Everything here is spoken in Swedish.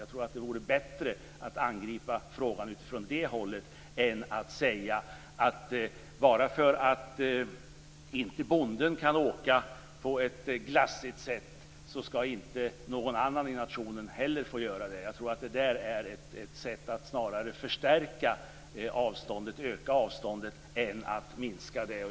Jag tror att det vore bättre att angripa frågan utifrån det hållet än att säga att bara därför att inte bonden kan åka på ett glassigt sätt skall inte någon annan i nationen heller få göra det. Det är ett sätt att snarare öka avståndet än att minska det.